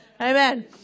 Amen